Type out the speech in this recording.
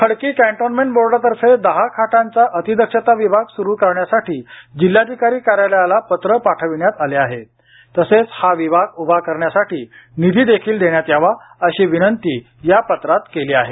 Khadki cantonment बोर्डातर्फे दहा खाटांचा अतिदक्षता विभाग सुरू करण्यासाठी जिल्हाधिकारी कार्यालयाला पत्र पाठविण्यात आले आहे तसेच हा विभाग उभा करण्यासाठी निधी देखील देण्यात यावा अशी विनंती या पत्रात केली आहे